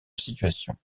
situation